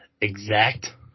exact